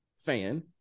fan